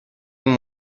های